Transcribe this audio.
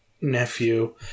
nephew